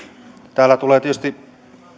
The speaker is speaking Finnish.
täällä tulee tietysti